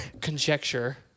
conjecture